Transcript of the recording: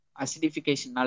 acidification